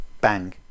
bang